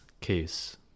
case